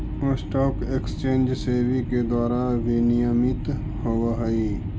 stock exchange SEBI के द्वारा विनियमित होवऽ हइ